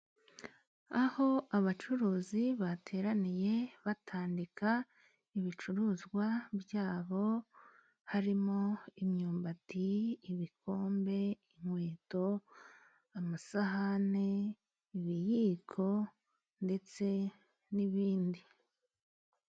Aho abacuruzi bateraniye batandika ibicuruzwa byabo harimo imyumbati, ibikombe, inkweto, amasahani, ibiyiko ndetse n'ibindi.